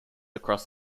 across